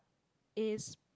is